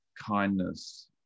kindness